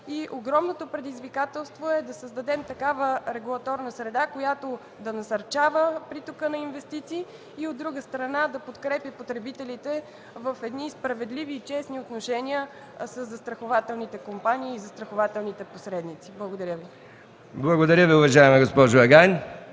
и огромното предизвикателство е да създадем такава регулаторна среда, която да насърчава притока на инвестиции, а от друга страна, да подкрепя потребителите в справедливи и честни отношения със застрахователните компании и застрахователните посредници. Благодаря Ви. ПРЕДСЕДАТЕЛ МИХАИЛ МИКОВ: Благодаря Ви, уважаема госпожо Агайн.